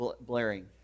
blaring